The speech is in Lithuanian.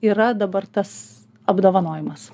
yra dabar tas apdovanojimas